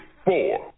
Four